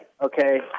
okay